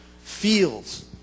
fields